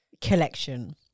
collection